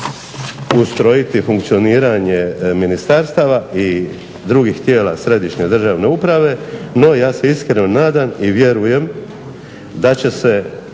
ustrojiti funkcioniranje ministarstava i drugih tijela središnje državne uprave, no ja se iskreno nadam i vjerujem da će se